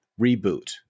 reboot